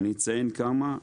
אני אציין כמה.